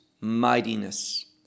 mightiness